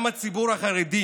גם הציבור החרדי,